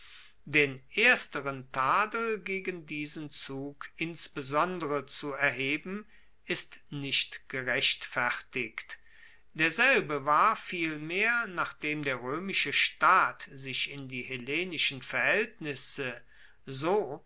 den ersteren tadel gegen diesen zug insbesondere zu erheben ist nicht gerechtfertigt derselbe war vielmehr nachdem der roemische staat sich in die hellenischen verhaeltnisse so